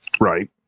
right